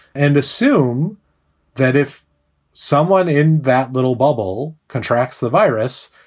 and assume that if someone in that little bubble contracts the virus,